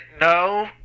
no